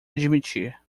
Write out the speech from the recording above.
admitir